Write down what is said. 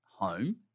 home